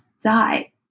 die